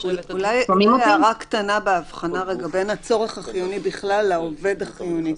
הערה קטנה לגבי ההבחנה בין הצורך החיוני בכלל לעובד החיוני.